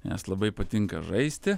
nes labai patinka žaisti